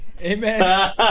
Amen